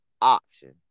option